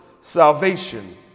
salvation